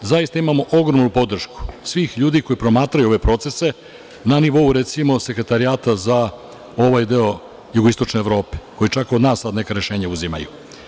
Zaista imamo ogromnu podršku svih ljudi koji promatraju ove procese na nivou, recimo Sekretarijata za ovaj deo jugoistočne Evrope, koji čak i od nas neka rešenja uzimaju.